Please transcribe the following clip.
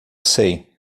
sei